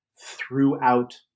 throughout